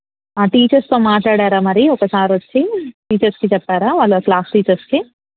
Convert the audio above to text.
ఆ టీచర్స్తో మాటాడారా మరి ఒకసారొచ్చి టీచర్స్కి చెప్పారా వాళ్ళ క్లాస్ టీచర్స్కి